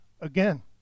again